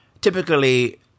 typically